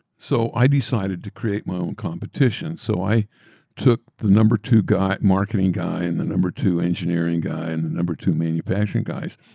so i decided to create my own competition. so i took the number two marketing guy, and the number two engineering guy, and the number two manufacturing guys,